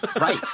right